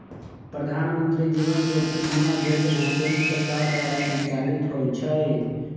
प्रधानमंत्री जीवन ज्योति बीमा जोजना केंद्र सरकार द्वारा संचालित होइ छइ